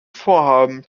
vorhaben